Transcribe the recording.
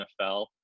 NFL